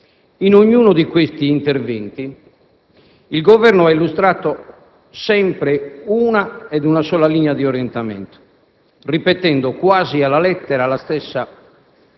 In ognuno di questi interventi, il Governo ha illustrato sempre una ed una sola linea di orientamento, ripetendo quasi alla lettera la stessa